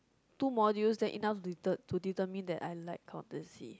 two module then enough to determine that I like accountancy